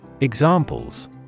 Examples